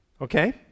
okay